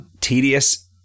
tedious